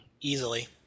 Easily